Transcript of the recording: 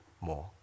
more